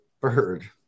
bird